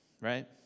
right